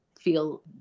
feel